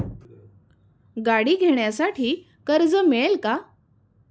गाडी घेण्यासाठी कर्ज मिळेल का?